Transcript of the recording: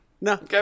No